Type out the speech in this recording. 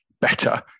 better